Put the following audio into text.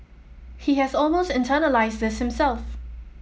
he has almost internalised this himself